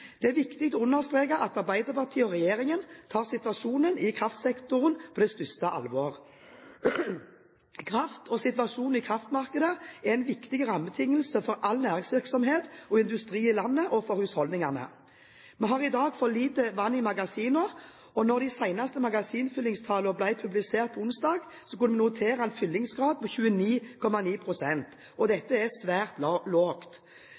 Det er viktig å understreke at Arbeiderpartiet og regjeringen tar situasjonen i kraftsektoren på det største alvor. Kraft og situasjonen i kraftmarkedet er en viktig rammebetingelse for all næringsvirksomhet og industri i landet og for husholdningene. Vi har i dag for lite vann i magasinene. Da de seneste magasinfyllingstallene ble publisert på onsdag, kunne vi notere en fyllingsgrad på